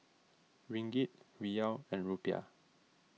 Ringgit Riyal and Rupiah